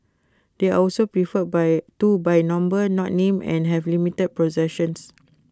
they are also referred by to by number not name and have limited possessions